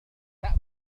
أتأكل